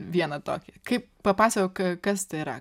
vieną tokį kaip papasakok kas tai yra